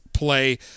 play